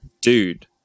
Dude